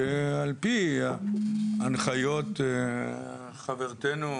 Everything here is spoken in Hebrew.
שעל פי הנחיות חברתנו,